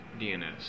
DNS